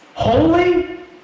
Holy